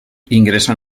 ingressa